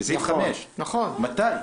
מתי?